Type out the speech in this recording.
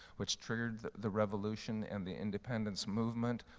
which triggered the revolution and the independence movement.